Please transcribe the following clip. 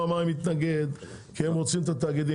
אני לא ממלאה יותר את הטפסים.